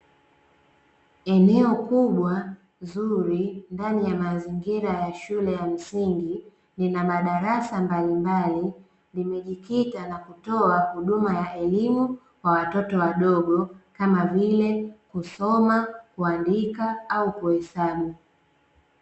Eneo kubwa zuri ndani ya mazingira ya shule ya msingi ina madarasa mbalimbali, limejikita na kutoa huduma ya elimu kwa watoto wadogo kama vile kusoma, kuandika au kuhesabu.